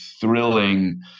thrilling